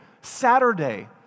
Saturday